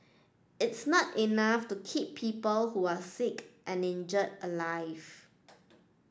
it's not enough to keep people who are sick and injured alive